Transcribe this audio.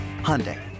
Hyundai